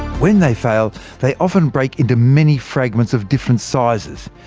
when they fail, they often break into many fragments of different sizes.